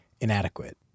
inadequate